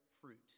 fruit